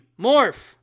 Morph